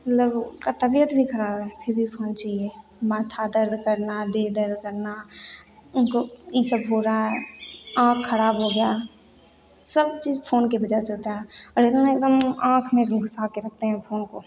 मतलब उनका तबियत भी खराब है फिर भी फोन चाहिए माथा दर्द करना देह दर्द करना उनको ई सब हो रहा है आँख ख़राब हो गया सब चीज़ फ़ोन की वजह से होता है और इतना एकदम आँख में ऐसे घुसा के रखते हैं फ़ोन को